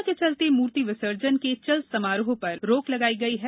corona के चलते मूर्ति विसर्जन के चल समारोहों पर रोक लगाई गई है